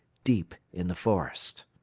deep in the forest.